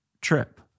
trip